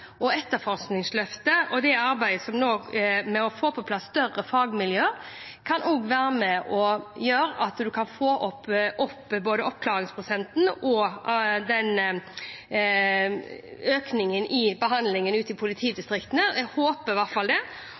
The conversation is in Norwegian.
etterforskningsløftet og arbeidet med å få på plass større fagmiljøer kan være med på å gjøre at man kan få opp både oppklaringsprosenten og økningen i behandlingen ute i politidistriktene. Jeg håper i hvert fall det.